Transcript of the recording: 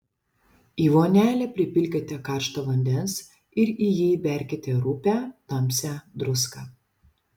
į vonelę pripilkite karšto vandens ir į jį įberkite rupią tamsią druską